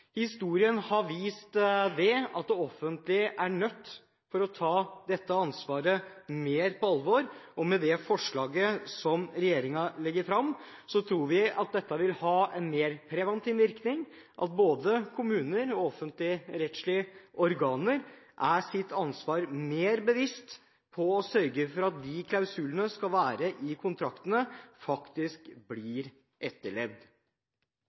Historien har vist at det offentlige er nødt til å ta dette ansvaret mer på alvor. Det forslaget regjeringen legger fram, tror vi vil ha en mer preventiv virkning ved at både kommuner og offentligrettslige organer er seg sitt ansvar bevisst med hensyn til å sørge for at de klausulene som skal være i kontraktene, faktisk blir etterlevd.